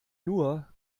nur